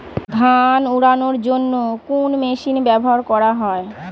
ধান উড়ানোর জন্য কোন মেশিন ব্যবহার করা হয়?